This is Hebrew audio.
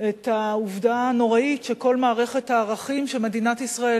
את העובדה הנוראה שכל מערכת הערכים שמדינת ישראל